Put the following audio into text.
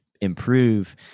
improve